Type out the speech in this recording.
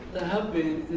have been,